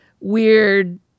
weird